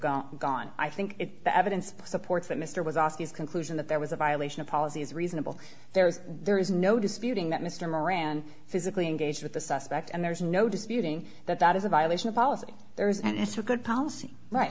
gone gone i think the evidence supports that mr was also his conclusion that there was a violation of policy is reasonable there is there is no disputing that mr moran physically engaged with the suspect and there's no disputing that that is a violation of policy there is and it's a good policy right